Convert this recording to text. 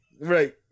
Right